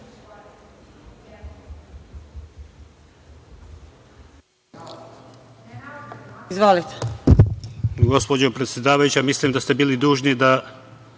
Izvolite.